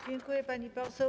Dziękuję, pani poseł.